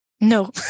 No